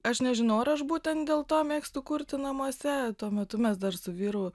aš nežinau ar aš būtent dėl to mėgstu kurti namuose tuo metu mes dar su vyru